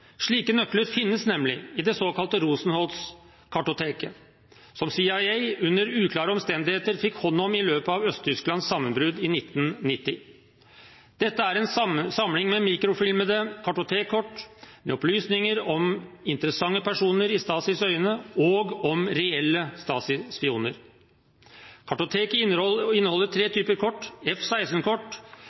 Slike nøkler finnes nemlig i det såkalte Rosenholz-kartoteket, som CIA under uklare omstendigheter fikk hånd om i løpet av Øst-Tysklands sammenbrudd i 1990. Dette er en samling med mikrofilmede kartotekkort med opplysninger om i Stasis øyne interessante personer og om reelle Stasi-spioner. Kartoteket inneholder tre typer kort: